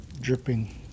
dripping